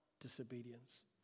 disobedience